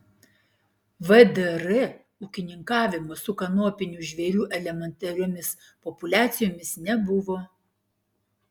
vdr ūkininkavimo su kanopinių žvėrių elementariomis populiacijomis nebuvo